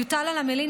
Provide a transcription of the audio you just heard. יוטל על המלין,